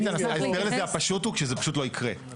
ביטן, ההסבר לזה, הפשוט הוא שזה פשוט לא יקרה.